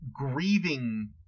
grieving